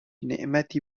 نعمتی